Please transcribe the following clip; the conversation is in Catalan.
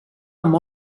amb